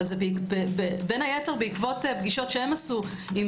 אבל בין היתר בעקבות פגישות שהם עשו עם